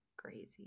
crazy